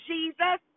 Jesus